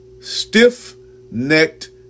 stiff-necked